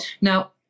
Now